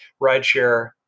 rideshare